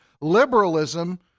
liberalism